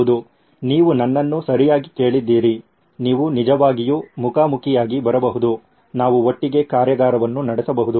ಹೌದು ನೀವು ನನ್ನನ್ನು ಸರಿಯಾಗಿ ಕೇಳಿದ್ದೀರಿ ನೀವು ನಿಜವಾಗಿಯೂ ಮುಖಾಮುಖಿಯಾಗಿ ಬರಬಹುದು ನಾವು ಒಟ್ಟಿಗೆ ಕಾರ್ಯಾಗಾರವನ್ನು ನಡೆಸಬಹುದು